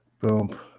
Boom